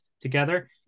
together